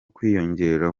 kwiyongera